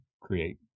create